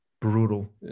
brutal